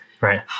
Right